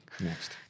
Next